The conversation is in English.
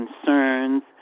concerns